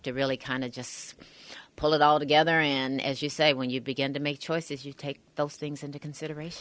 to really kind of just pull it all together and as you say when you begin to make choices you take those things into consideration